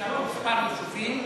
במספר יישובים.